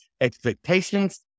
expectations